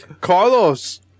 Carlos